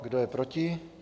Kdo je proti?